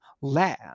land